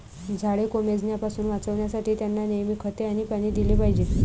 झाडे कोमेजण्यापासून वाचवण्यासाठी, त्यांना नेहमी खते आणि पाणी दिले पाहिजे